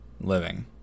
Living